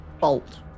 bolt